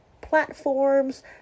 platforms